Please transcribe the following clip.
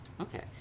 Okay